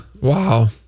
Wow